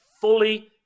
fully